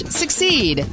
succeed